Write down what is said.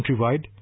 Countrywide